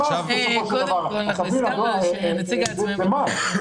הסכמנו שהוא לא נציג העצמאים בכנסת.